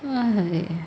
!haiya!